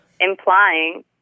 implying